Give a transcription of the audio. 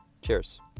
Cheers